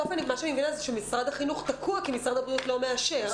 בסוף מה שאני מבינה זה שמשרד החינוך תקוע כי משרד הבריאות לא מאשר.